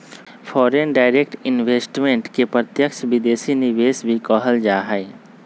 foreign direct investment के प्रत्यक्ष विदेशी निवेश भी कहल जा हई